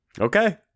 Okay